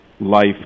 life